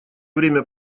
время